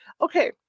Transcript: Okay